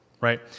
right